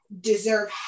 deserve